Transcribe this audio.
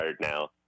now